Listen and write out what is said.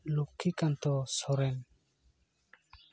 Laxmikant Soren